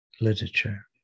literature